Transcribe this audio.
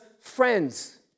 friends